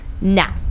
now